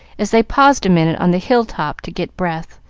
as they paused a minute on the hill-top to get breath,